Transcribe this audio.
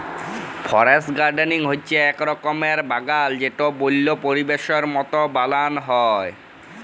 forest gardening হচ্যে এক রকমের বাগাল যেটাকে বল্য পরিবেশের মত বানাল হ্যয়